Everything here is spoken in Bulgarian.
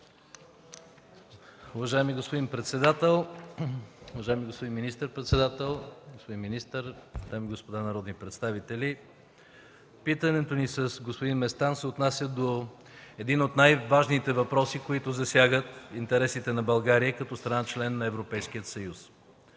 Уважаеми господин председател, уважаеми господин министър-председател, господин министър, дами и господа народни представители! Питането ни с господин Местан се отнася до един от най-важните въпроси, които засягат интересите на България като страна – член на Европейския съюз.